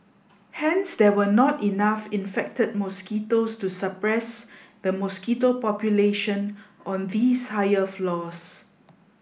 hence there were not enough infected mosquitoes to suppress the mosquito population on these higher floors